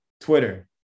Twitter